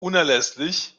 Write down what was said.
unerlässlich